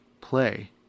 play